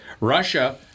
Russia